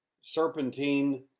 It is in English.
serpentine